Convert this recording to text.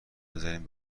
بذارین